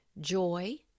joy